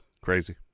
Crazy